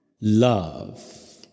love